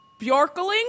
Bjorkling